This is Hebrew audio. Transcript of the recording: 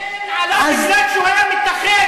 אתה מגן עליו כי הוא היה מתנחל,